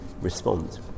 respond